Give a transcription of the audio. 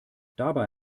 dabei